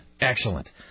Excellent